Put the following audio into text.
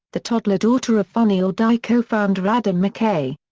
the toddler daughter of funny or die co-founder adam mckay.